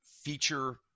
feature